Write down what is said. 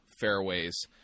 fairways